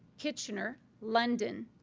kitchener, london,